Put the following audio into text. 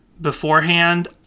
beforehand